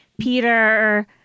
Peter